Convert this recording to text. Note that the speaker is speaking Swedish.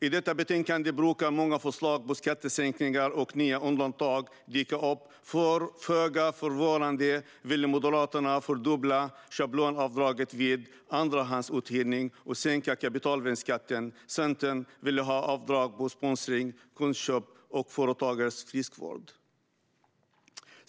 I dessa betänkanden brukar många förslag på skattesänkningar och nya undantag dyka upp. Föga förvånande vill Moderaterna fördubbla schablonavdraget vid andrahandsuthyrning och sänka kapitalvinstskatten. Centern vill ha avdrag för sponsring, konstköp och företagares friskvård.